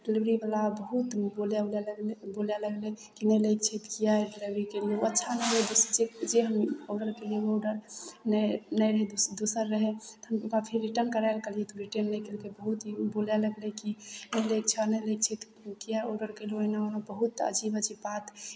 डिलेवरीवला बहुत बोलु उलय लगलै बोलय लगलै कि नहि लै के छै तऽ किएक डिलेवरी केलियै ओ अच्छा नहि रहै दोसर जे जे हम आर्डर केलियै ओ आर्डर नहि नहि रहै दो दोसर रहै तहन ओकरा फेर रिटर्न करय लेल कहलियै तऽ ओ रिटर्न नहि केलकै बहुत ई ओ बोलय लगलै कि पहिले इच्छा नहि रहै छै तऽ किएक आर्डर कयलहुँ एना ओना बहुत अजीब अजीब बात